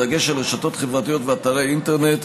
בדגש על רשתות חברתיות ואתרי אינטרנט,